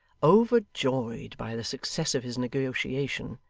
overjoyed by the success of his negotiation,